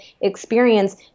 experience